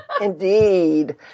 Indeed